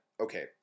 okay